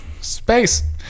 Space